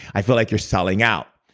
i feel like you're selling out.